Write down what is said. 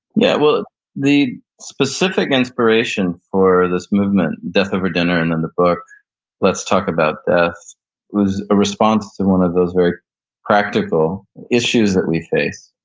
yeah. well the specific inspiration for this movement, death over dinner and then the book let's talk about death was a response to one of those very practical issues that we face.